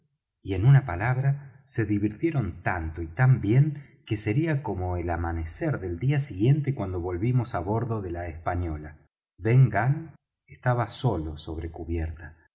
y en una palabra se divirtieron tanto y tan bien que sería como el amanecer del día siguiente cuando volvimos á bordo de la española ben gunn estaba solo sobre cubierta